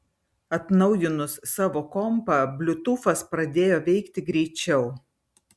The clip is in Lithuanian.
atnaujinus savo kompą bliutūfas pradėjo veikti greičiau